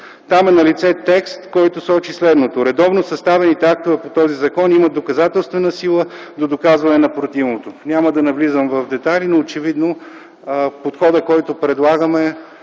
Там е налице текст, който сочи следното: редовно съставените актове по този закон имат доказателствена сила до доказване на противното. Няма да навлизам в детайли, но очевидно подходът, който предлагаме,